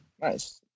nice